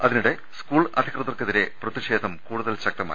അതിനിടെ സ്കൂൾ അധികൃതർക്കെതിരെ പ്രതിഷേധം കൂടുതൽ ശക്തമായി